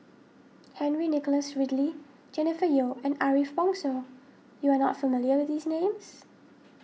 Henry Nicholas Ridley Jennifer Yeo and Ariff Bongso you are not familiar with these names